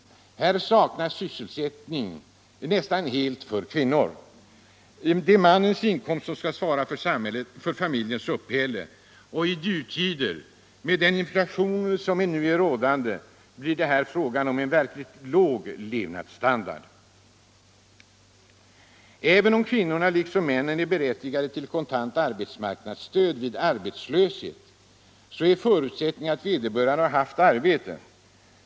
Här saknas sysselsättning nästan helt för kvinnor. Det är mannens inkomst som skall svara för familjens uppehälle. I de dyrtider som råder blir det här fråga om en verkligt låg levnadsstandard. Även om kvinnorna liksom männen är berättigade till kontant arbetsmarknadsstöd vid arbetslöshet är förutsättningen att vederbörande haft arbete.